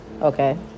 Okay